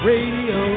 Radio